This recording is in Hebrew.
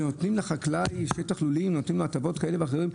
ונותנים לחקלאי הטבות כאלה ואחרות,